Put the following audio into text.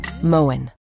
Moen